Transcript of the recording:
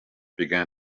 began